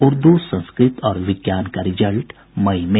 उर्दू संस्कृत और विज्ञान का रिजल्ट मई में